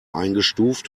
eingestuft